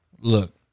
look